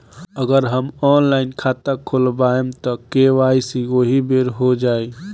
अगर हम ऑनलाइन खाता खोलबायेम त के.वाइ.सी ओहि बेर हो जाई